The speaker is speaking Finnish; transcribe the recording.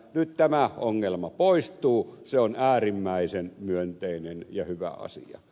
nyt tämä ongelma poistuu se on äärimmäisen myönteinen ja hyvä asia